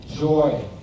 Joy